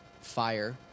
fire